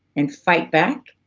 and fight back,